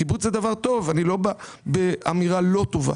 קיבוץ זה דבר טוב, אני לא בא באמירה לא טובה.